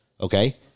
Okay